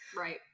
Right